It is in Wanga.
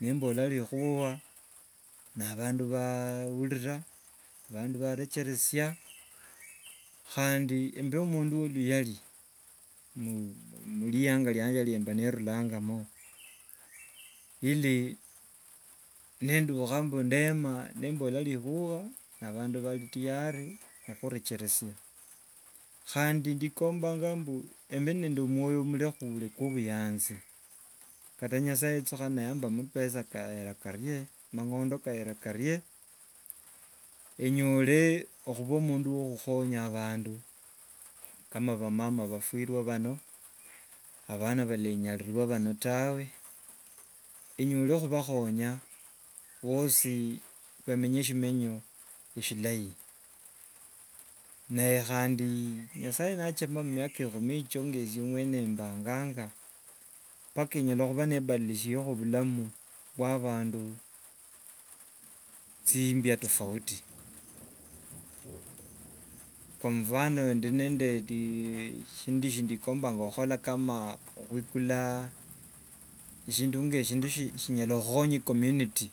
Nembola rikhuwa na aba- andu bhaurira bhandu bharecheresia, khandi mbe mundu wo- oluyari murianga ryange rimba ni ndulangamo ili mbe nendukha ndema nembola rikhuwa ni abandu bhari tayari khurecheresia. Khandi ndikombanga mbu embe nde omwoyo murekhule kwo obuyanzi. Kata nyasaye yechukhana namba amapesa kayera karie, amang'ondo kayera karie enyore okhuba omundu wo okhukhonya abandu ka bhamama bhafiwa bhano, abhana balanyanyalilwa tawe, inyore khubakhonya bhosi bamenye eshimenyi shilai. Ne khandi nyasaye nachama miaka ekhumi echyo nga esye mwene mbanganga mpaka nyala nibha- nibadilishirekho bhulamu bwa abandu muchimbia tofauti. Kwa mfano ndio ne- shindu shindekombanga okhola bhukula shindu nga shinyala okhonya e- community,